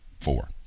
Four